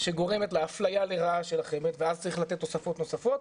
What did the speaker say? שגורמת לאפליה לרעה של החמ"ד ואז צריך לתת תוספות נוספות,